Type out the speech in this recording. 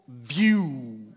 view